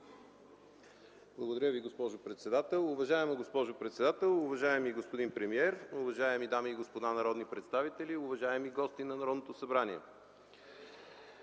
Благодаря Ви, госпожо председател. Уважаема госпожо председател, уважаеми господин премиер, уважаеми дами и господа народни представители, уважаеми гости на Народното събрание!